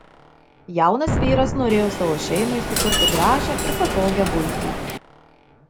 jaunas vyras norėjo savo šeimai sukurti gražią ir patogią buitį